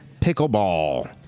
Pickleball